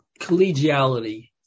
collegiality